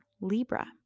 Libra